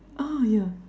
ah yeah